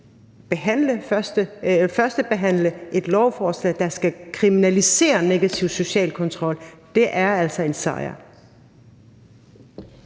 førstebehandle et lovforslag, der skal kriminalisere negativ social kontrol. Det er altså en sejr,